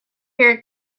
your